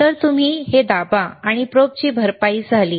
तर तुम्ही हे दाबा आणि प्रोबची भरपाई झाली